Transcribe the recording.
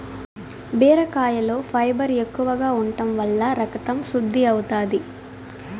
బీరకాయలో ఫైబర్ ఎక్కువగా ఉంటం వల్ల రకతం శుద్ది అవుతాది